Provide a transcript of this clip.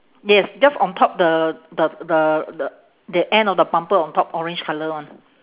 yes just on top the the the the the end of the bumper on top orange colour one